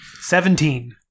Seventeen